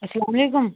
اَلسلامُ علیکُم